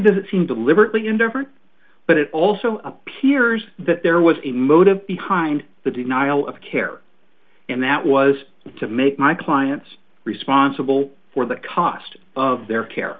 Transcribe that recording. does it seem deliberately indifferent but it also appears that there was a motive behind the denial of care and that was to make my clients responsible for the cost of their care